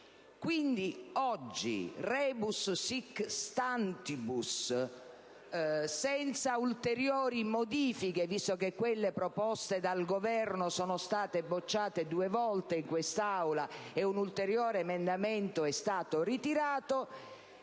Quindi oggi, *rebus sic stantibus*, senza ulteriori modifiche (visto che quelle proposte dal Governo sono state bocciate due volte in quest'Aula e un ulteriore emendamento è stato ritirato),